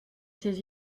ses